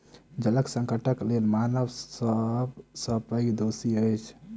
जल संकटक लेल मानव सब सॅ पैघ दोषी अछि